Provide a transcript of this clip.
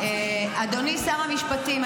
אדוני שר המשפטים,